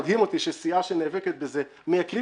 מדהים אותי שסיעה שנאבקת בזה --- מייקרים